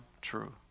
true